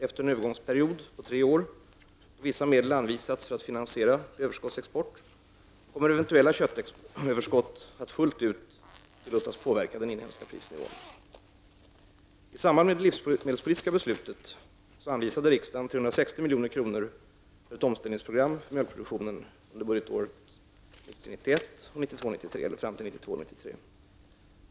Efter en övergångsperiod på tre år, då vissa medel anvisats för att finansiera överskottsexport, kommer eventuella köttöverskott att fullt ut tillåtas påverka den inhemska prisnivån. I samband med det livsmedelspolitiska beslutet anvisade riksdagen 360 milj.kr. för ett omställningsprogram för mjölkproduktionen under budgetåret 1990 93.